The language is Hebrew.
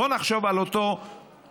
ובואו ונחשוב על אותו עובד